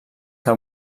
que